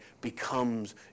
becomes